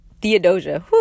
Theodosia